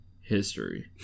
history